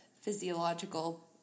physiological